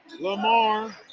Lamar